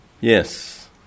Yes